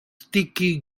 sticky